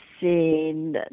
seen